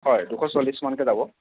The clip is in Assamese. হয় দুশ চল্লিছ মানকৈ যাব